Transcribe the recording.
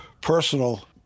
personal